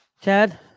Chad